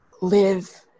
live